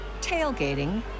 tailgating